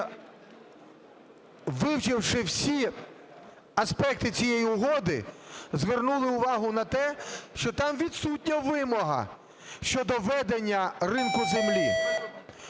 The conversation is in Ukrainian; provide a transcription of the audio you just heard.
вивчивши всі аспекти цієї угоди, звернули увагу на те, що там відсутня вимога щодо введення ринку землі.